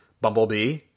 Bumblebee